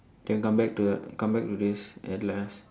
then come back to the come back to this at last